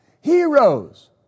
heroes